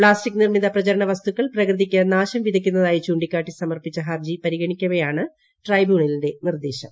plastic നിർമ്മിത പ്രചരണ വസ്തുക്കൾ പ്രകൃതിക്ക് നാശം വിതയ്ക്കുന്നതായി ചൂണ്ടിക്കാട്ടി സമർപ്പിച്ച ഹർജി പരിഗണിക്കവെയാണ് ട്രൈബ്യൂണലിന്റെ നിർദ്ദേശം